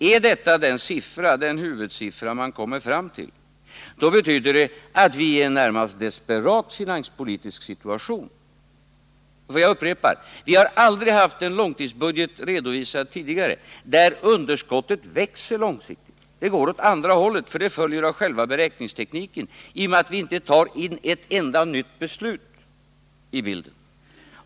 Är detta den huvudsiffra man kommer fram till, betyder det att vi är i en närmast desperat finanspolitisk situation. Jag upprepar: Vi har aldrig tidigare redovisat en långtidsbudget där underskottet långsiktigt växer. Det går åt andra hållet, för det följer av själva beräkningstekniken genom att vi inte tar in ett enda nytt beslut i bilden.